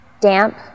damp